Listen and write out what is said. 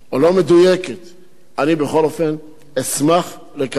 אני בכל אופן אשמח לקבל תשובות ברורות